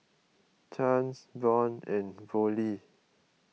Chance Von and Volney